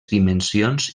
dimensions